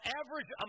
average